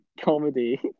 comedy